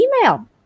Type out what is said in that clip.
email